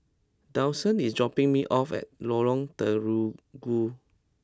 Dawson is dropping me off at Lorong Terigu